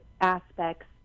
aspects